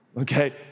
okay